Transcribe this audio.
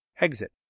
Exit